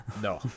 No